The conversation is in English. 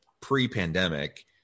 pre-pandemic